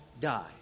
die